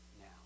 now